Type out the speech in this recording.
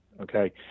Okay